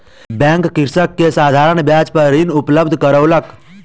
bank कृषक के साधारण ब्याज पर ऋण उपलब्ध करौलक